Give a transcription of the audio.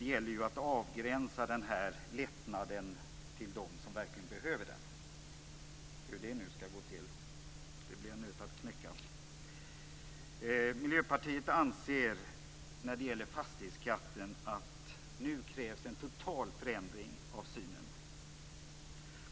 Det gäller ju att avgränsa den här lättnaden till dem som verkligen behöver den, hur det nu skall gå till. Det blir en nöt att knäcka. Miljöpartiet anser att det nu krävs en total förändring av synen på fastighetsskatten.